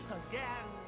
again